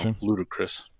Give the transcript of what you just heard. ludicrous